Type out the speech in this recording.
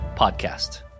podcast